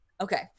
Okay